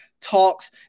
talks